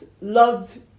loved